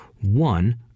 one